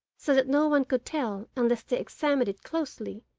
so that no one could tell, unless they examined it closely,